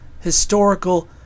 historical